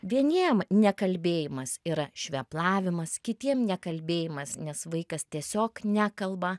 vieniem nekalbėjimas yra šveplavimas kitiem nekalbėjimas nes vaikas tiesiog nekalba